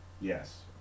yes